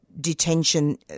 detention